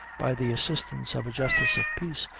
by the assistance of a justice of peace,